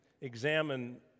examine